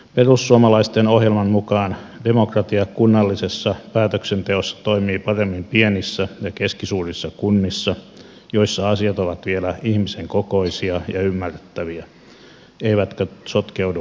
perussuomalaisten ohjelman mukaan demokratia kunnallisessa päätöksenteossa toimii paremmin pienissä ja keskisuurissa kunnissa joissa asiat ovat vielä ihmisen kokoisia ja ymmärrettäviä eivätkä sotkeudu monitasoiseen byrokratiaan